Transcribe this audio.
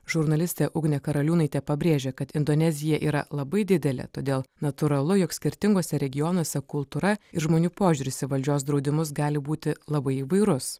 žurnalistė ugnė karaliūnaitė pabrėžia kad indonezija yra labai didelė todėl natūralu jog skirtinguose regionuose kultūra ir žmonių požiūris į valdžios draudimus gali būti labai įvairus